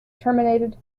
terminated